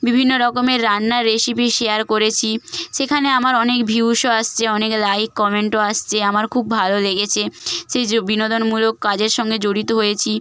বিভিন্ন রকমের রান্নার রেসিপি শেয়ার করেছি সেখানে আমার অনেক ভিউসও আসছে অনেক লাইক কমেন্টও আসছে আমার খুব ভালো লেগেছে সেই যে বিনোদনমূলক কাজের সঙ্গে জড়িত হয়েছি